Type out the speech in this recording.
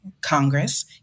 Congress